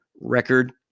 record